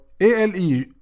ALE